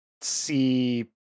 see